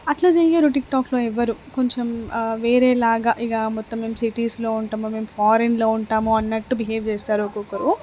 అట్ల చెయ్యరు టిక్టాక్లో ఎవ్వరు కొంచెం వేరే లాగా ఇక మొత్తం మేము సిటీస్లో ఉంటాము మేము ఫారిన్లో ఉంటాము అన్నట్టు బిహేవ్ చేస్తారు ఒక్కొక్కరు